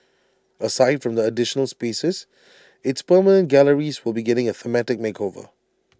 aside from the additional spaces its permanent galleries will be getting A thematic makeover